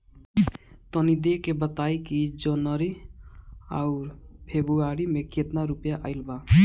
तनी देख के बताई कि जौनरी आउर फेबुयारी में कातना रुपिया आएल बा?